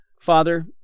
Father